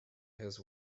his